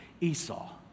Esau